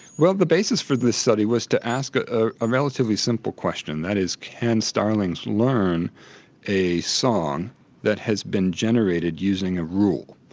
well the basis for this study was to ask ah ah a relatively simple question, that is, can starlings learn a song that has been generated using a rule?